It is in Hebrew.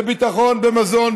לביטחון במזון,